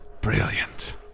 Brilliant